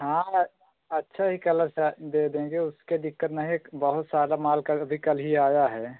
हाँ अच्छा ही कलर दे देंगे उसके दिक़्क़त नहीं बहुत सारा माल अभी कल ही आया है